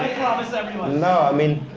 promise everyone. no, i mean,